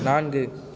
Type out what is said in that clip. நான்கு